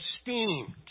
esteemed